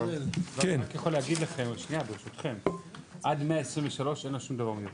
אני רק יכול להגיד לכם שעד ל-123 אין לנו שום דבר מיוחד.